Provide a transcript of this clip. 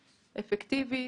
אפקטיבי,